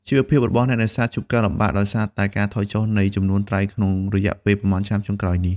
ជីវភាពរបស់អ្នកនេសាទជួបការលំបាកដោយសារតែ ការថយចុះ នៃចំនួនត្រីក្នុងរយៈពេលប៉ុន្មានឆ្នាំចុងក្រោយនេះ។